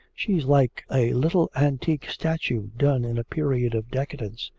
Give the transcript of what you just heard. she's like a little antique statue done in a period of decadence.